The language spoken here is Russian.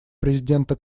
президента